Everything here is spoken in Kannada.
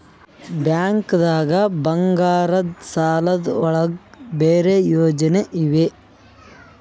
ಬ್ಯಾಂಕ್ದಾಗ ಬಂಗಾರದ್ ಸಾಲದ್ ಒಳಗ್ ಬೇರೆ ಯೋಜನೆ ಇವೆ?